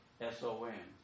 s-o-n